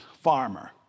farmer